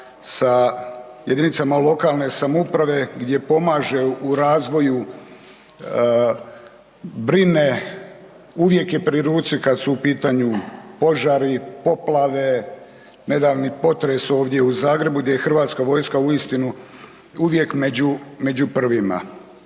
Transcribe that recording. sa jedinicama lokalne samouprave gdje pomaže u razvoju, brine, uvijek je pri ruci kada su u pitanju požari, poplave, nedavni potres ovdje u Zagrebu gdje je hrvatska vojska uistinu uvijek među prvima.